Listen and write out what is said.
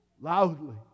loudly